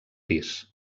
pis